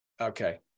Okay